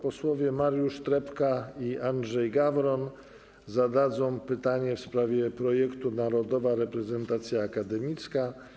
Posłowie Mariusz Trepka i Andrzej Gawron zadadzą pytanie w sprawie projektu Narodowa Reprezentacja Akademicka.